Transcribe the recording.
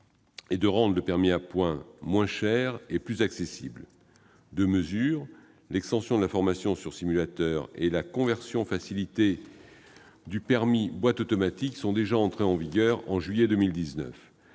est de rendre le permis à point moins cher et plus accessible. Deux mesures, l'extension de la formation sur simulateur et la conversion facilitée du permis sur boîte automatique, sont déjà entrées en vigueur en juillet 2019.